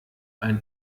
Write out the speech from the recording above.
ein